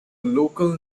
local